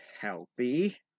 healthy